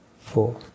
four